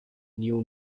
new